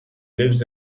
lives